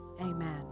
Amen